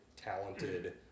talented